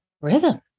rhythm